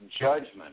judgment